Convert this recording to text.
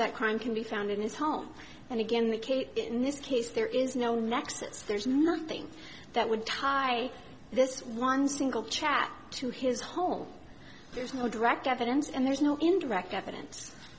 that crime can be found in his home and again the case in this case there is no nexus there's nothing that would tie this one single track to his home there's no direct evidence and there's no indirect evidence